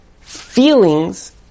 feelings